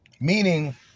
Meaning